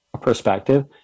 perspective